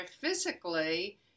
physically